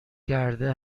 گرده